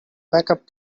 backup